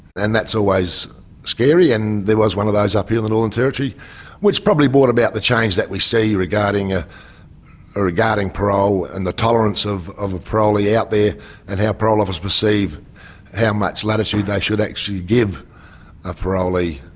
and that's always scary and there was one of those up here in the northern territory which probably brought about the change that we see regarding ah ah regarding parole and the tolerance of of a parolee out there and how parole officers perceive how much latitude they should actually give a parolee.